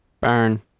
burn